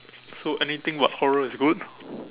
so anything but horror is good